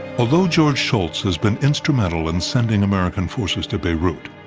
although george shultz has been instrumental in sending american forces to beirut,